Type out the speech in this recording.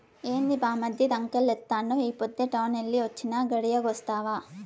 ఏంది బామ్మర్ది రంకెలేత్తండావు ఈ పొద్దే టౌనెల్లి వొచ్చినా, గడియాగొస్తావా